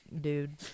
dude